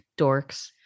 dorks